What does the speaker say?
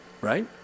right